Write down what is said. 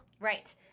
Right